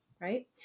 right